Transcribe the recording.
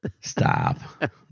Stop